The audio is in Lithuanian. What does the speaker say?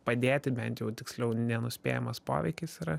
padėti bent jau tiksliau nenuspėjamas poveikis yra